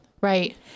Right